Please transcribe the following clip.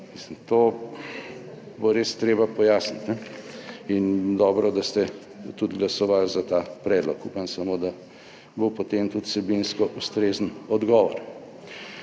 to bo res treba pojasniti in dobro, da ste tudi glasovali za ta predlog, upam samo, da bo potem tudi vsebinsko ustrezen odgovor.